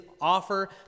offer